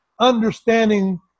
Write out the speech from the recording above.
understanding